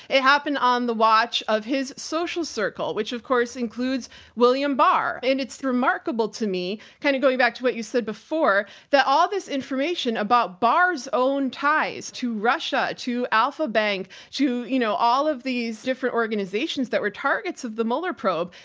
it happened on the watch of his social circle, which of course includes william barr. and it's remarkable to me. kind of going back to what you said before, that all this information about barr's own ties to russia, to alfa bank, to, you know, all of these different organizations that were targets of the mueller probe.